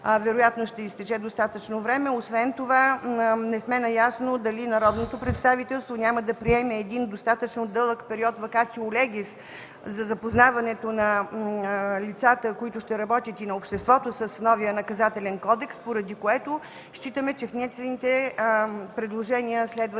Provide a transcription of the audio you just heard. вероятно ще изтече достатъчно време. Освен това не сме наясно дали народното представителство няма да приеме един достатъчно дълъг период вакацио легис за запознаването на лицата и обществото, които ще работят с новия Наказателен кодекс, поради което считаме, че внесените предложения следва